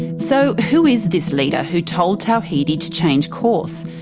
so who is this leader who told tawhidi to change course?